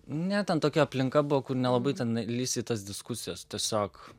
ne ten tokia aplinka buvo nelabai ten lįsi į tas diskusijas tiesiog